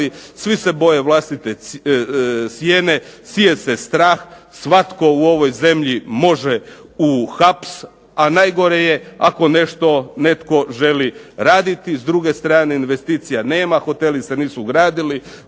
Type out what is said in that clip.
svi se boje vlastite sjene, sije se strah. Svatko u ovoj zemlji može u haps, a najgore je ako nešto netko želi raditi. S druge strane investicija nema, hoteli se nisu gradili,